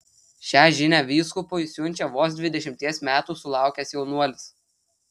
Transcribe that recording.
šią žinią vyskupui siunčia vos dvidešimties metų sulaukęs jaunuolis